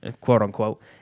quote-unquote